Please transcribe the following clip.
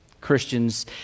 Christians